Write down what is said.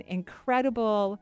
incredible